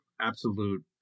absolute